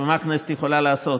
ומה הכנסת יכולה לעשות,